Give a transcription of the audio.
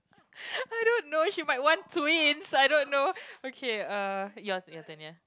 I don't know she might want twins I don't know okay uh your your turn ya